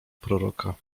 proroka